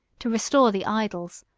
to restore the idols,